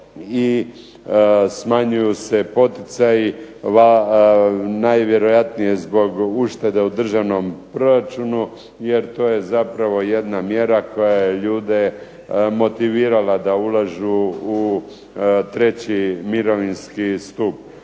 i smanjuju se poticaji, najvjerojatnije zbog uštede u državnom proračunu, jer to je zapravo jedna mjera koja je ljude motivirala da ulažu u 3. mirovinski stup.